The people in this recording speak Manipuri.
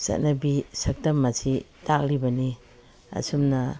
ꯆꯠꯅꯕꯤ ꯁꯛꯇꯝ ꯑꯁꯤ ꯇꯥꯛꯂꯤꯕꯅꯤ ꯑꯁꯨꯝꯅ